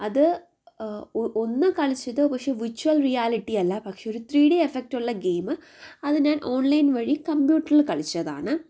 അത് ഒന്ന് കളിച്ചത് വിർച്വൽ റിയാലിറ്റിയല്ല പക്ഷെ ഒരു ത്രീഡി എഫക്റ്റുള്ള ഗെയിംമ് അത് ഞാൻ ഓൺലൈൻ വഴി കമ്പ്യൂട്ടറിൽ കളിച്ചതാണ്